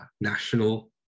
national